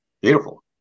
beautiful